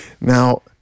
Now